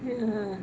ya